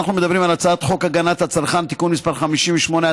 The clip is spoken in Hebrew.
אנחנו מדברים על הצעת חוק הגנת הצרכן (תיקון מס' 58),